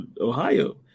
ohio